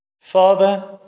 Father